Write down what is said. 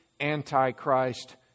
antichrist